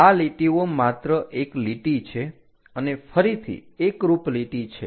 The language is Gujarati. આ લીટીઓ માત્ર એક લીટી છે અને ફરીથી એકરૂપ લીટી છે